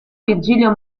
virgilio